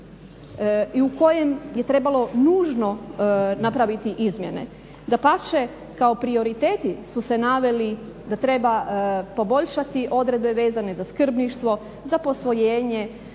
i u kojem je trebalo nužno napraviti izmjene. Dapače, kao prioriteti su se naveli da treba poboljšati odredbe vezane za skrbništvo, za posvojenje,